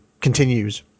continues